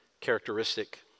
characteristic